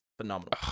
phenomenal